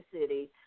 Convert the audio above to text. city